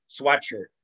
sweatshirt